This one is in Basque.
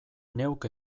neuk